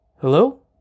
Hello